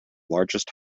largest